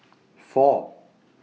four